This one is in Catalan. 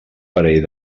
parell